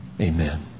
Amen